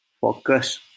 focus